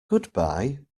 goodbye